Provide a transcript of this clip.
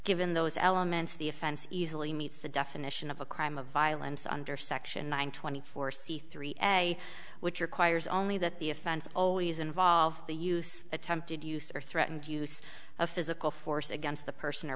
given those elements of the offense easily meets the definition of a crime of violence under section one twenty four c three a which requires only that the offense always involves the use attempted use or threatened use of physical force against the person or